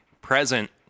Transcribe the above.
present